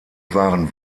waren